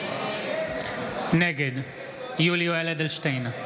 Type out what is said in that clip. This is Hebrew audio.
נגד יולי יואל אדלשטיין,